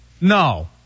No